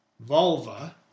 vulva